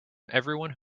everyone